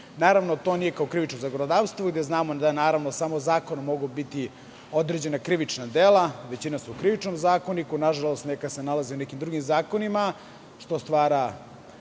Naravno, to nije kao krivično zakonodavstvo i znamo da samo zakonom mogu biti određena krivična dela. Većina je u Krivičnom zakoniku. Nažalost, neka se nalaze i u nekim drugim zakonima. To stvara